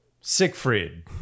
Siegfried